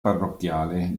parrocchiale